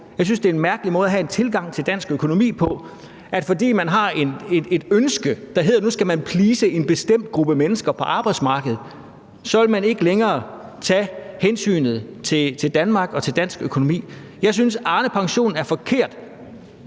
Jeg synes, det er en mærkelig måde at have en tilgang til dansk økonomi på at sige, at fordi man har et ønske, der hedder, at nu skal man please en bestemt gruppe mennesker på arbejdsmarkedet, så vil man ikke længere tage hensynet til Danmark og til dansk økonomi. Jeg synes, at Arnepensionen er forkert,